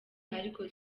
ariko